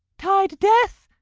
tide death,